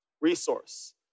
Resource